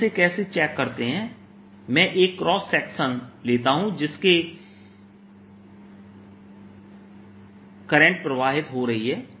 हम इसे कैसे चेक करते हैं मैं एक क्रॉस सेक्शन लेता हूं जिसके पर करंट प्रवाहित हो रही है